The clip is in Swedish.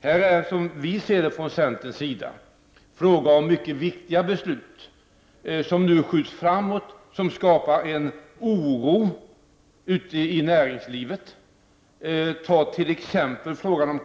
Men i detta fall är det, enligt centern, fråga om mycket viktiga beslut som nu skjuts framåt, vilket skapar oro ute i näringslivet.